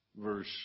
verse